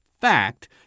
fact